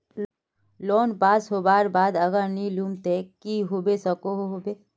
Loan पास होबार बाद अगर नी लुम ते की होबे सकोहो होबे?